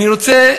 אני רוצה,